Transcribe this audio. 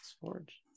Forge